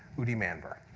udi manber